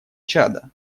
чада